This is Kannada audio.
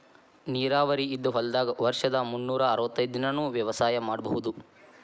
ನೇರಾವರಿ ಇದ್ದ ಹೊಲದಾಗ ವರ್ಷದ ಮುನ್ನೂರಾ ಅರ್ವತೈದ್ ದಿನಾನೂ ವ್ಯವಸಾಯ ಮಾಡ್ಬಹುದು